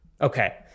Okay